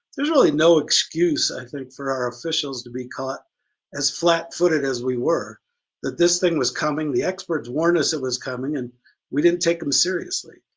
there's really no excuse, i think for our officials to be caught as flat-footed as we were that this thing was coming. the experts warned us it was coming and we didn't take them seriously.